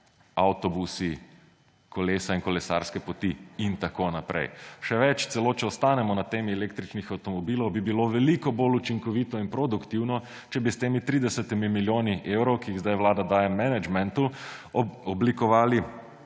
avtobusi, kolesa in kolesarske poti in tako naprej. Še več, celo če ostanemo na temi električnih avtomobilov, bi bilo veliko bolj učinkovito in produktivno, če bi s temi 30 milijoni evrov, ki jih sedaj Vlada daje menedžmentu, oblikovali